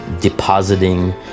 depositing